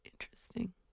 Interesting